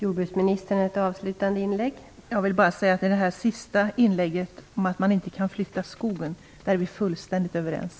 Fru talman! När det gäller Ragnhild Pohankas sista inlägg om att man inte kan flytta skogen är vi fullständigt överens.